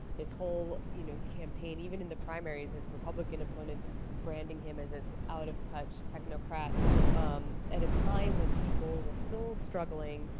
this whole, you know, campaign. even in the primaries, his republican opponents branding him as this out-of-touch technocrat at a time when people were still struggling,